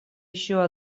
еще